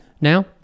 Now